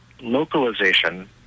localization